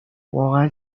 واقعن